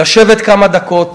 לשבת כמה דקות.